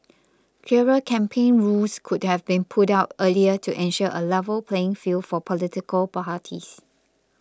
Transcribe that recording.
clearer campaign rules could have been put out earlier to ensure a level playing field for political parties